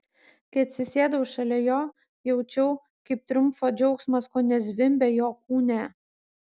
kai atsisėdau šalia jo jaučiau kaip triumfo džiaugsmas kone zvimbia jo kūne